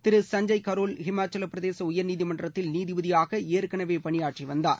திரு சஞ்சுப் கரோல் ஹிமாச்சலப்பிரதேச உயா்நீதி மன்றத்தில் நீதிபதியாக ஏற்கெனவே பணியாற்றி வந்தார்